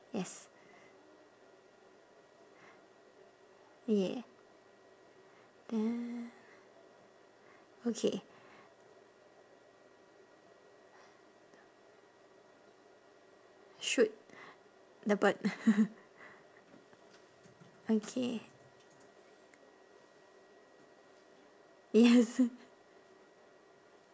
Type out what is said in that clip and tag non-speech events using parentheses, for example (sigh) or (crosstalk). yes ya then okay shoot the bird (noise) okay yes